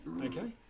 Okay